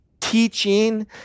teaching